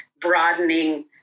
broadening